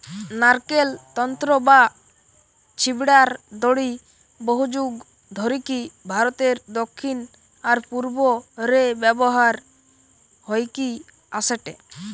নারকেল তন্তু বা ছিবড়ার দড়ি বহুযুগ ধরিকি ভারতের দক্ষিণ আর পূর্ব রে ব্যবহার হইকি অ্যাসেটে